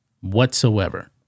whatsoever